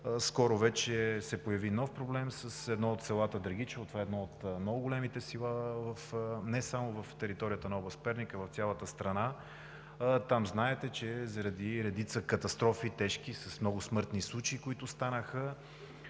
скоро вече се появи нов проблем с едно от селата – Драгичево. Това е едно от много големите села не само на територията на област Перник, а в цялата страна. Там, знаете, че заради редица тежки катастрофи с много смъртни случаи, които станаха,